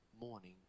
morning